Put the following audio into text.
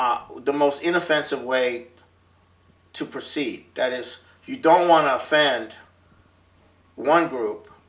the most inoffensive way to proceed that is you don't want to offend one group